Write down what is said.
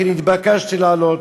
כי נתבקשתי להעלות.